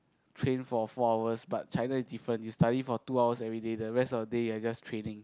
train for four hours but China is different you study for two hours everyday the rest of the day you're just training